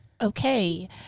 Okay